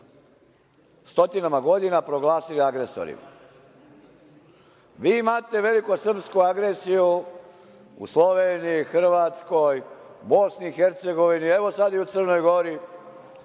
stotinama godina proglasile agresorima. Vi imate velikosrpsku agresiju u Sloveniji, Hrvatskoj, Bosni i Hercegovini, evo sad i u Crnoj Gori,